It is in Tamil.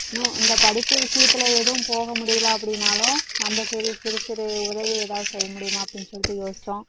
இன்னும் இந்த படிப்பு விஷயத்தில் எதுவும் போக முடியலை அப்படின்னாலும் நம்ப சரி சிறு சிறு உதவி எதாவது செய்ய முடியுமா அப்படின்னு சொல்லிட்டு யோசித்தோம்